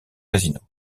casinos